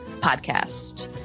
podcast